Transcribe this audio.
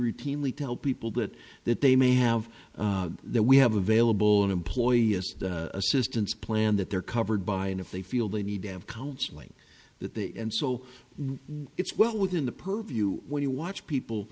routinely tell people that that they may have that we have available an employee assistance plan that they're covered by and if they feel they need to have counseling that they and so it's well within the purview when you watch